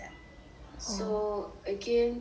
so again